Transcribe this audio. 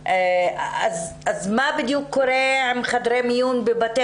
אז מה בדיוק קורה עם חדרי המיון בבתי